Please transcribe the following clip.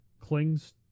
clings